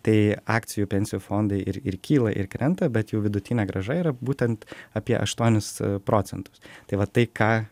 tai akcijų pensijų fondai ir ir kyla ir krenta bet jų vidutinė grąža yra būtent apie aštuonis procentus tai vat tai ką